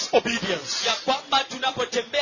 obedience